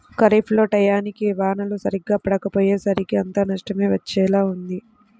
ఖరీఫ్ లో టైయ్యానికి వానలు సరిగ్గా పడకపొయ్యేసరికి అంతా నష్టమే వచ్చేలా ఉంది